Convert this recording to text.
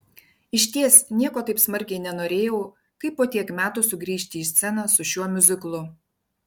išties nieko taip smarkiai nenorėjau kaip po tiek metų sugrįžti į sceną su šiuo miuziklu